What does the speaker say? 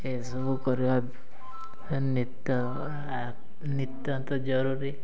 ଏସବୁ କରିବା ନିତ୍ୟାନ୍ତ ଜରୁରୀ